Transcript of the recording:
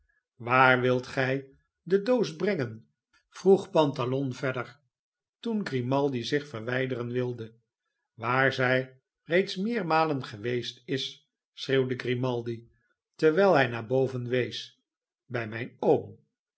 waar wilt gij de doos brengen vroeg pantalon verder toen grimaldi zich verwijderen wilde waar zij reeds meermalen geweest is schreeuwde grimaldi terwijl hij naar boven wees bij mijn oom